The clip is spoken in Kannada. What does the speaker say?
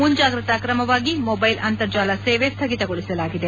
ಮುಂಜಾಗ್ರತಾ ಕ್ರಮವಾಗಿ ಮೊಬೈಲ್ ಅಂತರ್ಜಾಲ ಸೇವೆ ಸ್ಥಗಿತಗೊಳಿಸಲಾಗಿದೆ